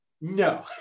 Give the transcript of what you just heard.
No